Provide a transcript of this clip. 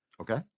Okay